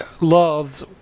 love's